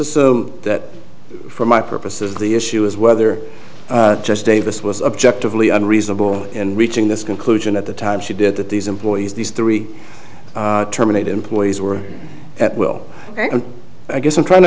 say that for my purposes the issue is whether just davis was objectively unreasonable in reaching this conclusion at the time she did that these employees these three terminated employees were at will i guess i'm trying to